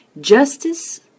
Justice